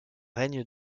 règne